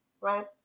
right